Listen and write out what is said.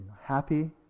Happy